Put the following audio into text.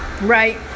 right